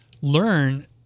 learn